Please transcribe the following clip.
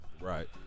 right